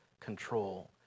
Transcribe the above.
control